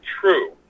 true